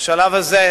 בשלב הזה,